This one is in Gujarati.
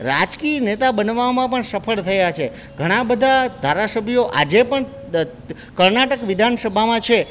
રાજકીય નેતા બનવામાં પણ સફળ થયા છે ઘણાબધા ધારાસભ્યો આજે પણ ક કર્ણાટક વિધાનસભામાં છે